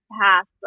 past